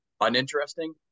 uninteresting